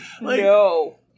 No